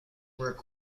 were